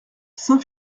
saint